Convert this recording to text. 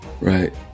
Right